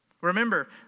Remember